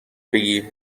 بگی